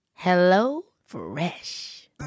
HelloFresh